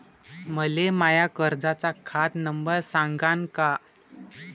मले माया कर्जाचा खात नंबर सांगान का?